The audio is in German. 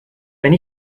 wenn